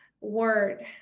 word